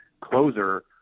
closer